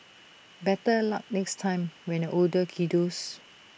better luck next time when you're older kiddos